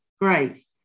great